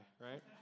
right